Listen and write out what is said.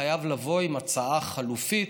חייב לבוא עם הצעה חלופית,